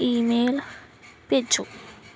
email ਭੇਜੋ